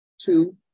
two